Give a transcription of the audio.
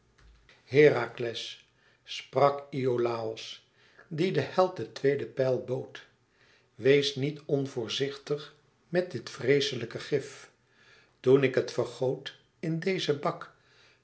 herakles sprak iolàos die den held de tweede pijl bood wees niet onvoorzichtig met dit vreeslijke gif toen ik het vergoot in dezen bak